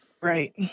right